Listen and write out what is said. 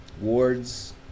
Wards